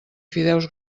fideus